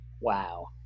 Wow